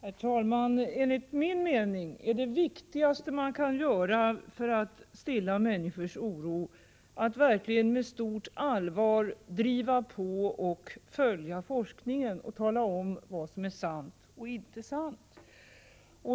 Herr talman! Enligt min mening är det viktigaste man kan göra för att stilla människors oro att med stort allvar driva på och följa forskningen och tala om vad som är sant och inte sant.